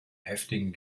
häftlingen